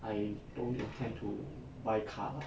I told you I intend to buy car